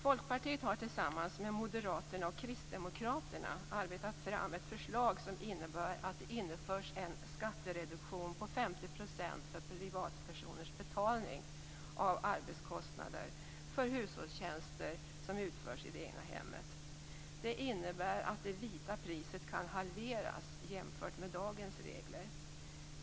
Folkpartiet har tillsammans med moderaterna och kristdemokraterna arbetat fram ett förslag som innebär att det införs en skattereduktion på 50 % för privatpersoners betalning av arbetskostnader för hushållstjänster som utförs i det egna hemmet. Det innebär att det vita priset kan halveras jämfört med dagens regler.